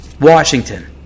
Washington